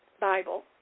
Bible